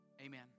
Amen